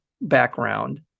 background